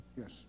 Yes